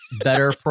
Better